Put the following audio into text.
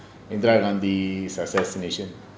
indira gandhi assassination